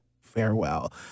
farewell